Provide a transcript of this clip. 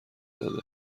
داده